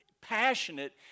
passionate